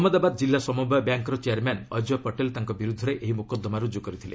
ଅହମ୍ମଦାବାଦ କିଲ୍ଲା ସମବାୟ ବ୍ୟାଙ୍କ୍ର ଚେୟାରମ୍ୟାନ୍ ଅଜୟ ପଟେଲ୍ ତାଙ୍କ ବିରୁଦ୍ଧରେ ଏହି ମୋକଦ୍ଦମା ରୁଜୁ କରିଥିଲେ